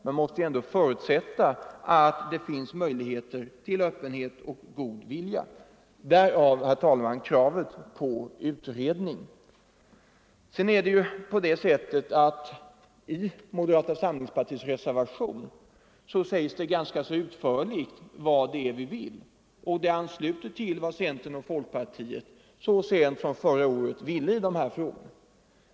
Man måste förutsätta att det finns möjligheter till öppenhet och god vilja. Därav, herr talman, kravet på utredning. Sedan sägs det i moderata samlingspartiets reservation ganska utförligt vad det är vi vill. Det ansluter till vad centern och folkpartiet så sent som förra året ansåg i dessa frågor.